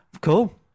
cool